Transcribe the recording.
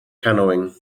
canoeing